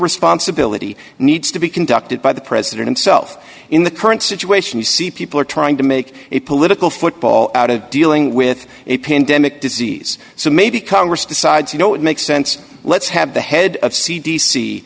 responsibility needs to be conducted by the president himself in the current situation you see people are trying to make it political football out of dealing with a pandemic disease so maybe congress decides you know it makes sense let's have the head of c d c